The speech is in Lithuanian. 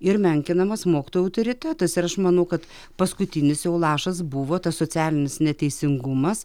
ir menkinamas mokytojo autoritetas ir aš manau kad paskutinis jau lašas buvo tas socialinis neteisingumas